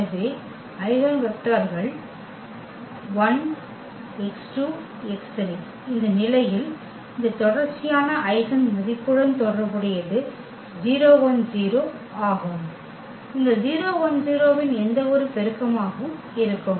எனவே ஐகென் வெக்டர்கள் x 1 x2 x3 இந்த நிலையில் இந்த தொடர்ச்சியான ஐகென் மதிப்புடன் தொடர்புடையது 0 1 0 ஆகவும் இந்த 0 1 0 இன் எந்தவொரு பெருக்கமாகவும் இருக்கும்